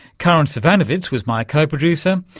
karin zsivanovits was my co-producer,